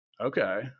Okay